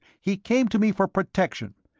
he came to me for protection.